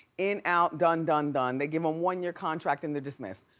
in, out, done, done, done. they give them one year contract and they're dismissed.